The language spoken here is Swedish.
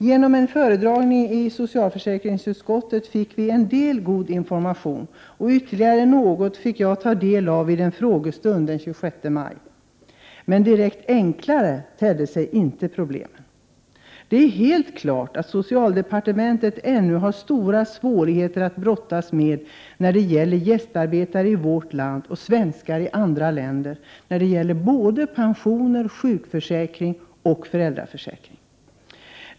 Genom en föredragning i socialförsäkringsutskottet fick vi en del god information, och ytterligare något fick jag ta del av vid en frågestund den 26 maj. Men direkt enklare tedde sig inte problemen. Det är helt klart att socialdepartementet ännu har stora svårigheter att brottas med när det gäller gästarbetare i vårt land och svenskar i andra länder vad beträffar pensioner, sjukförsäkring och föräldraförsäkring.